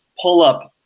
pull-up